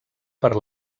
per